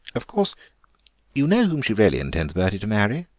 of course you know whom she really intends bertie to marry?